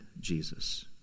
Jesus